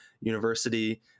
University